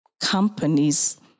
companies